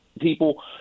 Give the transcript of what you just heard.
people